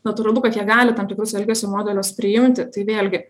natūralu kad jie gali tam tikrus elgesio modelius priimti tai vėlgi